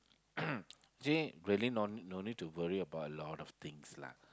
actually really no no need to worry about a lot of things lah